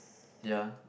ya